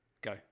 Go